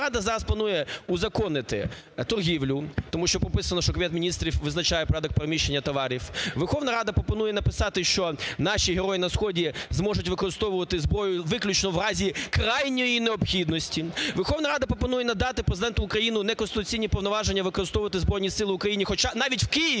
Верховна Рада зараз планує узаконити торгівлю, тому що прописано, що Кабінет Міністрів визначає порядок переміщення товарів. Верховна Рада пропонує написати, що наші герої на Сході зможуть використовувати зброю виключно в разі крайньої необхідності. Верховна Рада пропонує надати Президенту України неконституційні повноваження – використовувати Збройні сили України хоча… навіть в Києві,